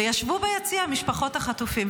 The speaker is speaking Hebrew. ביציע ישבו משפחות החטופים.